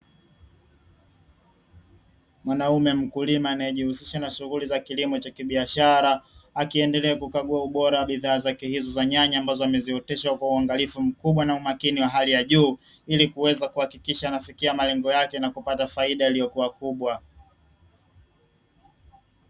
Mwanaume mkulima anayejihusisha na shughuli za kilimo cha kibiashara, akiendelea kukagua ubora wa bidhaa zake hizo za nyanya, ambazo ameziotesha kwa uangalifu mkubwa na umakini wa hali ya juu ili kuweza kuhakikisha anafikia malengo yake na kupata faida iliyo kubwa.